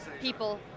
people